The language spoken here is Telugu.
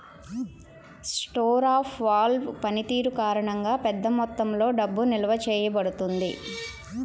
స్టోర్ ఆఫ్ వాల్వ్ పనితీరు కారణంగా, పెద్ద మొత్తంలో డబ్బు నిల్వ చేయబడుతుంది